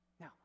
Now